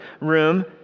room